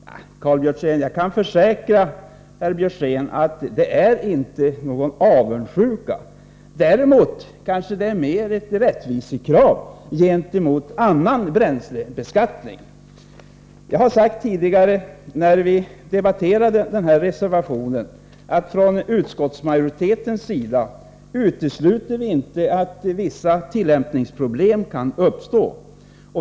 Jag kan försäkra herr Björzén att det inte är fråga om någon avundsjuka. Det är mera ett rättvisekrav i förhållande till annan bränslebeskattning. Jag har tidigare sagt — när vi debatterade den här reservationen — att vi från utskottsmajoritetens sida inte utesluter att vissa tillämpningsproblem kan uppstå.